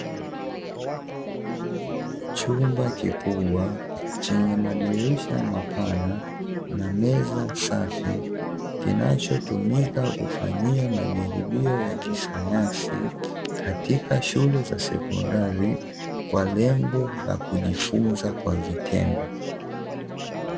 Chumba kikubwa chenye madirisha mapana na meza safi, kinachotumika kufanyia majaribio ya kisayansi katika shule za sekondari kwa lengo la kujifunza kwa vitendo.